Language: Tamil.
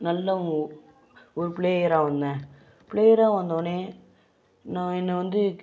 நல்ல ஓ ஒரு பிளேயராக வந்தேன் பிளேயராக வந்தோன்னே நான் என்ன வந்து